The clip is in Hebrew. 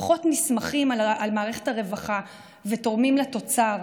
פחות נסמכים על מערכת הרווחה ותורמים לתוצר.